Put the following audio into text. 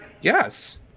Yes